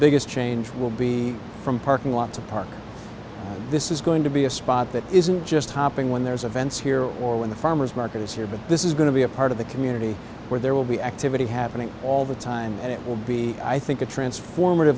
biggest change will be from parking lot to park this is going to be a spot that isn't just hopping when there's events here or when the farmer's market is here but this is going to be a part of the community where there will be activity happening all the time and it will be i think a transform